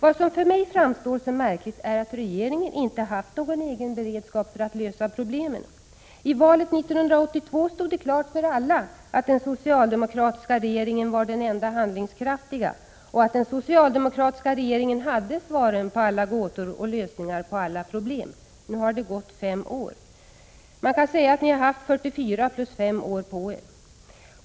Vad som för mig framstår som märkligt är att regeringen inte har haft någon egen beredskap för att lösa problemen. I valet 1982 stod det klart för alla att en socialdemokratisk regering skulle vara den enda handlingskraftiga, att en socialdemokratisk regering skulle ha svaren på alla gåtor och lösningar på alla problem. Nu har det gått 5 år. Man kan säga att ni har haft 44 + 5 år på er.